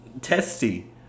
testy